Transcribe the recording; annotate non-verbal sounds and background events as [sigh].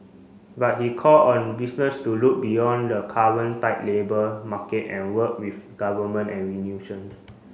but he called on business to look beyond the current tight labour market and work with Government and [unintelligible]